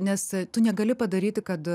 nes tu negali padaryti kad